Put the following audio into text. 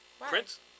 Prince